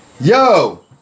Yo